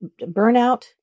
burnout